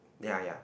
ya ya